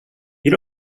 you